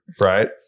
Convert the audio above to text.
right